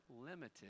limited